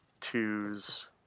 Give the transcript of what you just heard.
twos